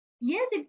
Yes